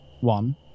one